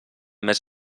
més